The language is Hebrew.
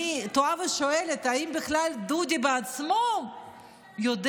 אני תוהה ושואלת אם דודי בעצמו בכלל